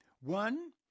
One